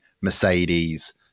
Mercedes